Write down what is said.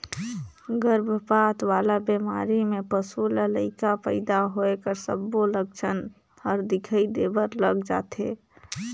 गरभपात वाला बेमारी में पसू ल लइका पइदा होए कर सबो लक्छन हर दिखई देबर लग जाथे